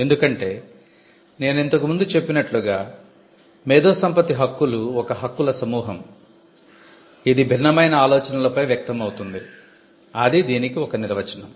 ఎందుకంటే నేను ఇంతకుముందు చెప్పినట్లుగా మేధో సంపత్తి హక్కులు ఒక హక్కుల సమూహం ఇది భిన్నమైన ఆలోచనలపై వ్యక్తమవుతుంది అది దీనికి ఒక నిర్వచనం